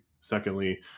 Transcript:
Secondly